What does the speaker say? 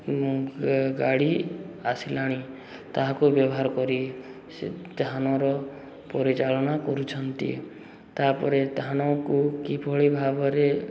ଗାଡ଼ି ଆସିଲାଣି ତାହାକୁ ବ୍ୟବହାର କରି ସେ ଧାନର ପରିଚାଳନା କରୁଛନ୍ତି ତାପରେ ଧାନକୁ କିଭଳି ଭାବରେ